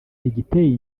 igiteye